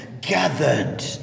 gathered